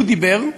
הוא דיבר,